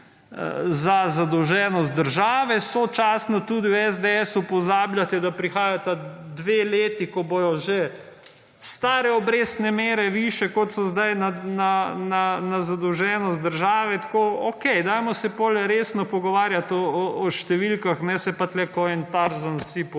za zadolženost države sočasno tudi v SDS pozabljate, da prihajata dve leti, ko bodo stare obrestne mere višje kot so sedaj na zadolženost države. Okej, dajmo se, potem resno pogovarjati o številkah ne se pa kot neki Tarzan vsi po prsih